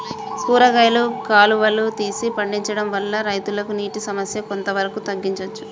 కూరగాయలు కాలువలు తీసి పండించడం వల్ల రైతులకు నీటి సమస్య కొంత వరకు తగ్గించచ్చా?